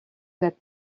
that